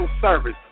service